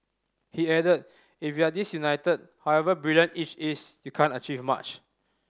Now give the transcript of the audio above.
he added If you're disunited however brilliant each is you can't achieve much